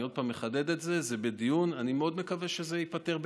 אני עוד פעם מחדד את זה: זה בדיון ואני מאוד מקווה שזה ייפתר בקרוב.